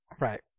right